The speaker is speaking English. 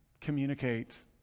Communicate